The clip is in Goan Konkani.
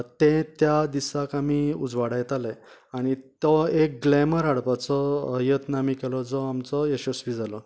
ते त्या दिसाक आमी उजवाडायताले आनी तो एक ग्लेमर हाडपाचो यत्न आमी केलो जो आमचो यशस्वी जालो